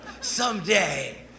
Someday